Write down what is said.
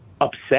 upset